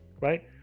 right